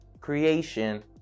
creation